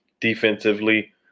defensively